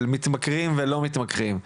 של מתמכרים ולא מתמכרים.